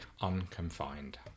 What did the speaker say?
Unconfined